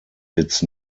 its